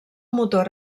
motor